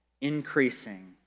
increasing